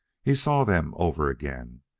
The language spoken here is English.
he saw them over again,